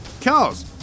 Cars